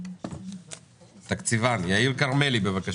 יאיר כרמלי.